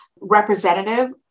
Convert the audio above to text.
representative